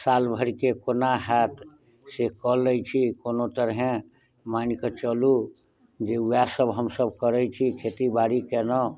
साल भरिके कोना होयत से कऽ लै छी कोनो तरहे मानि कऽ चऽलू जे वएह सब हमसब करै छी खेतीबाड़ी केलहुॅं